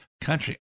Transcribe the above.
country